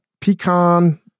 pecan